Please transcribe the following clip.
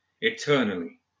eternally